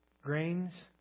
grains